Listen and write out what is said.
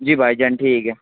جی بھائی جان ٹھیک ہے